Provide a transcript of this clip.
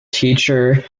teacher